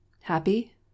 happy